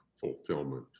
fulfillment